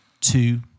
two